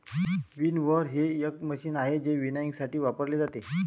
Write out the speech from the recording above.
winnower हे एक machine आहे जे विनॉयइंगसाठी वापरले जाते